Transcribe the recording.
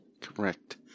Correct